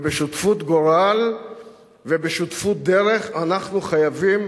ובשותפות גורל ובשותפות דרך אנחנו חייבים